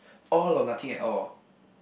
all or nothing at all